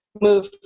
move